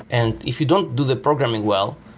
and if you don't do the programming well,